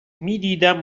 میدیدم